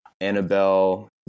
Annabelle